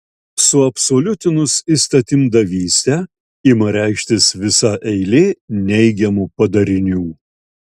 suabsoliutinus įstatymdavystę ima reikštis visa eilė neigiamų padarinių